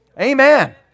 amen